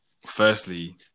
firstly